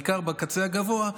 בעיקר בקצה הגבוה,